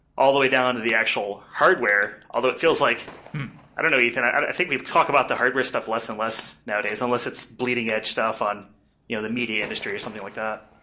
all the way down to the actual hardware. although it feels like i don't know ethan. i think we've talked about the hardware stuff less and less nowadays, unless it's bleeding edge stuff on you know the midi industry or something like that.